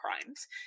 crimes